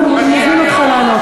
אנחנו נזמין אותך לעלות.